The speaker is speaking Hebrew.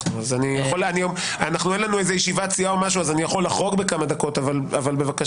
אין לנו ישיבת סיעה או משהו כך שאני יכול לחרוג בכמה דקות אבל בבקשה,